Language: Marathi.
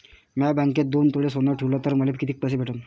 म्या बँकेत दोन तोळे सोनं ठुलं तर मले किती पैसे भेटन